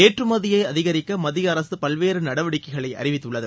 ஏற்றுமதியை அதிகரிக்க மத்திய அரசு பல்வேறு நடவடிக்கைகளை அறிவித்துள்ளது